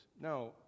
No